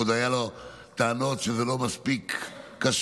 עוד היו לו טענות שזה לא מספיק קשוח,